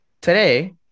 today